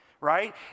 right